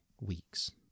weeks